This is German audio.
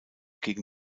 gegen